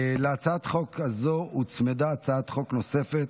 להצעת החוק הזו הוצמדה הצעת חוק נוספת,